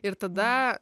ir tada